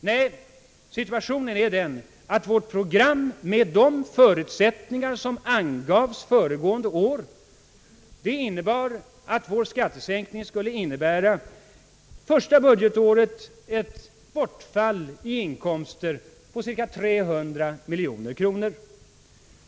Nej, situationen är den att vårt program med de förutsättningar som uppställdes föregående år gick ut på att vår skattesänkning skulle under det första budgetåret innebära ett inkomstbortfall på cirka 300 miljoner kronor.